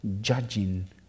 judging